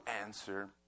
answer